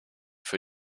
für